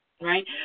Right